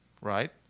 right